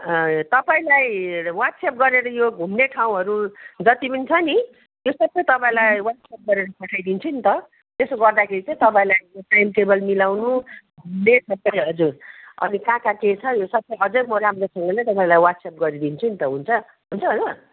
तपाईँलाई व्हाट्सएप्प गरेर यो घुम्ने ठाउँहरू जति पनि छ नि यो सबै तपाईँलाई व्हाट्सएप्प गरेर पठाइदिन्छु नि त त्यसो गर्दाखेरि चाहिँ तपाईँलाई टाइम टेबल मिलाउनु हजुर अनि कहाँ कहाँ के छ यो सबै अझै म राम्रोसँगले तपाईँलाई व्हाट्सएप्प गरिदिन्छु नि त हुन्छ हुन्छ होला